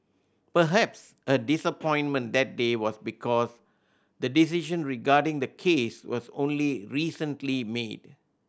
perhaps her disappointment that day was because the decision regarding the case was only recently made